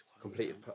completed